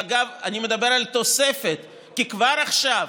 אגב, אני מדבר על תוספת, כי כבר עכשיו,